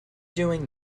doing